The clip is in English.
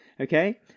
okay